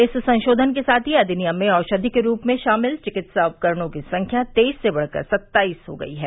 इस संशोधन के साथ ही अधिनियम में औषधि के रूप में शामिल चिकित्सा उपकरणों की संख्या तेईस से बढ़कर सत्ताईस हो गई है